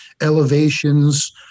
elevations